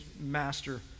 master